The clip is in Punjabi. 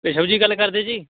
ਵਿਸ਼ਵ ਜੀ ਗੱਲ ਕਰਦੇ ਜੀ